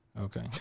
Okay